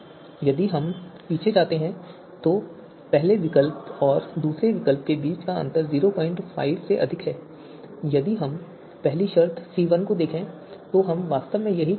यदि हम पीछे जाते हैं तो पहले विकल्प और दूसरे विकल्प के बीच का अंतर 05 से अधिक है और यदि हम पहली शर्त C1 को देखें तो हम वास्तव में यही चाहते थे